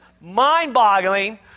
mind-boggling